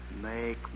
Make